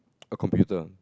a computer